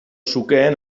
zukeen